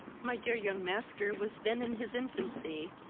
my dear young master was then in his infancy,